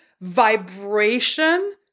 vibration